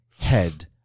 head